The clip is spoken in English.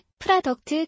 product